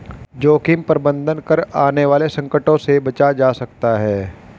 जोखिम प्रबंधन कर आने वाले संकटों से बचा जा सकता है